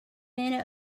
many